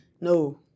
no